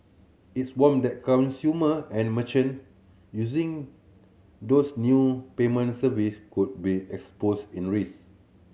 it's warned that consumer and merchant using those new payment services could be exposed in risk